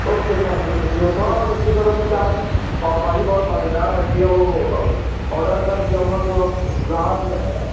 okay thank you شکریہ تھوڑا اور جلدی کرو کیوں کہ آپ کی پاؤ بھاجی بہت مزے دار رہتی ہے وہ اب آرڈر کر دیا ہوں نا تو اب رہا نہیں جائے گا